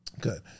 good